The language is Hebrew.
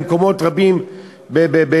במקומות רבים באירופה,